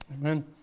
Amen